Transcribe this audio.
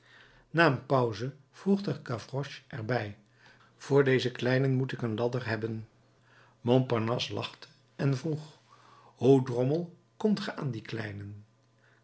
na een pauze voegde gavroche er bij voor deze kleinen moet ik een ladder hebben montparnasse lachte en vroeg hoe drommel komt ge aan die kleinen